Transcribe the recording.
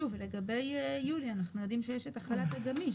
לגבי יולי אנחנו יודעים שיש את החל"ת הגמיש.